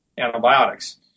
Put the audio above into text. antibiotics